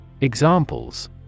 Examples